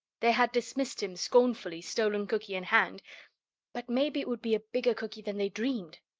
they had dismissed him, scornfully, stolen cookie in hand but maybe it would be a bigger cookie than they dreamed!